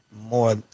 more